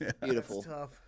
beautiful